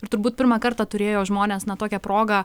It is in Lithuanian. ir turbūt pirmą kartą turėjo žmonės na tokią progą